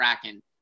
Kraken